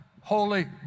holy